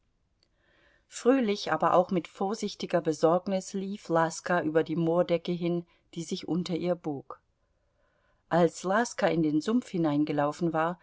fröhlich aber auch mit vorsichtiger besorgnis lief laska über die moordecke hin die sich unter ihr bog als laska in den sumpf hineingelaufen war